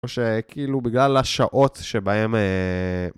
או שכאילו בגלל השעות שבהם...